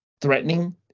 threatening